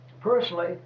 Personally